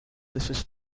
dishes